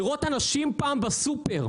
לראות אנשים בסופר,